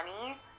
money